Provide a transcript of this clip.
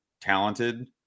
talented